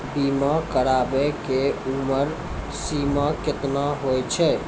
बीमा कराबै के उमर सीमा केतना होय छै?